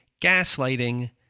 gaslighting